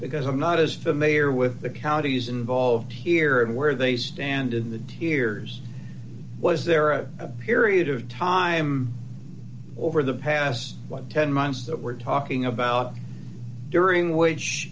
because i'm not as familiar with the counties involved here and where they stand in the tears was there a period of time over the past ten months that we're talking about during w